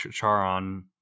Charon